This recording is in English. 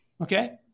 Okay